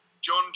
John